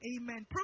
Amen